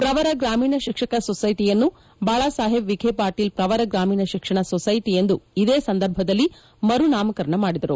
ಪ್ರವರ ಗ್ರಾಮೀಣ ಶಿಕ್ಷಣ ಸೊಸ್ಸೆಟಿಯನ್ನು ಬಾಳಸಾಹೇಬ್ ವಿಖೆ ಪಾಟೀಲ್ ಪ್ರವರ ಗ್ರಾಮೀಣ ಶಿಕ್ಷಣ ಸೊಸ್ಸೆಟಿ ಎಂದು ಇದೇ ಸಂದರ್ಭದಲ್ಲಿ ಮರುನಾಮಕರಣ ಮಾಡಿದರು